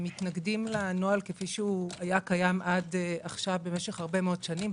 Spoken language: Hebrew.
אנחנו מתנגדים לנוהל כפי שהיה קיים עד עכשיו במשך הרבה מאוד שנים.